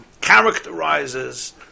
characterizes